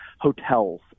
hotels